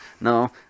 No